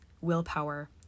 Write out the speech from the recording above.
willpower